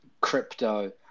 crypto